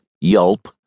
yelp